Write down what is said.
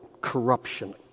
corruption